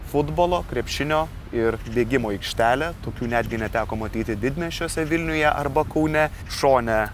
futbolo krepšinio ir bėgimo aikštelė tokių netgi neteko matyti didmiesčiuose vilniuje arba kaune šone